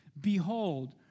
Behold